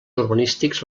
urbanístics